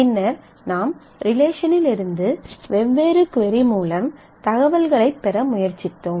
பின்னர் நாம் ரிலேஷனிலிருந்து வெவ்வேறு கொரி மூலம் தகவல்களைப் பெற முயற்சித்தோம்